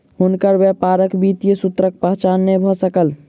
हुनकर व्यापारक वित्तीय सूत्रक पहचान नै भ सकल